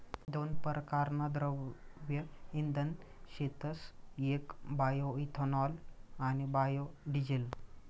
दोन परकारना द्रव्य इंधन शेतस येक बायोइथेनॉल आणि बायोडिझेल